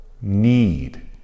need